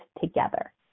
together